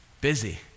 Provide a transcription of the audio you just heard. busy